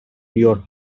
your